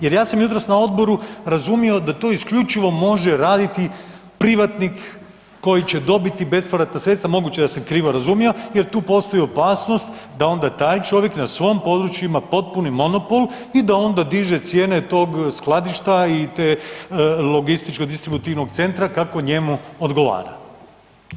Jer ja sam jutros na odboru razumio da to isključivo može raditi privatnik koji će dobiti bespovratna sredstva, moguće da sam krivo razumio, jer tu postoji opasnost da onda taj čovjek na svom području ima potpuni monopol i da onda diže cijene tog skladišta i te logističke distributivnog centra kako njemu odgovara.